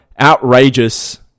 outrageous